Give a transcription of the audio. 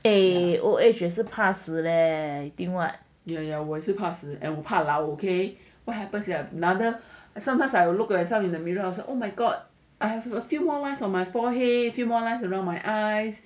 eh old age 也是怕死 leh you think what